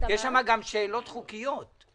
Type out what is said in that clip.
יש שם שאלות חוקיות.